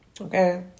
Okay